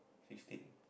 sixteen